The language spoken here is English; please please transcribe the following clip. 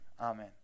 amen